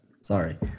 Sorry